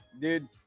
dude